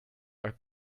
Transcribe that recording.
are